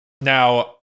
now